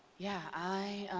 yeah. i